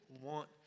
want